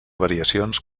variacions